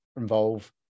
involve